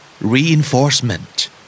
Reinforcement